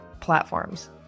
platforms